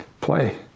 play